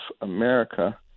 america